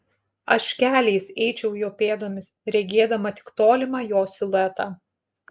aš keliais eičiau jo pėdomis regėdama tik tolimą jo siluetą